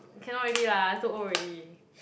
cannot already lah too old already